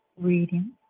reading